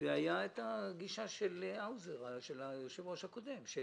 והייתה הגישה של היושב-ראש הקודם האוזר,